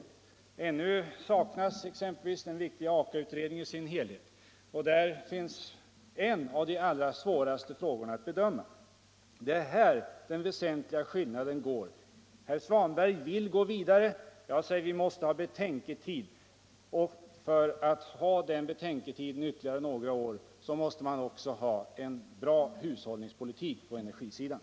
Vi saknar exempelvis den viktiga AKA-utredningen, och den har en av de allra svåraste frågorna att utreda och bedöma, nämligen hur det utbrända kärnbränslet skall tas om hand. Det är här den väsentliga skillnaden går. Herr Svanberg vill gå vidare. Jag säger att vi måste ha betänketid ytterligare några år, och för detta måste man ha en bra hushållningspolitik på energisidan.